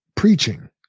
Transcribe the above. preaching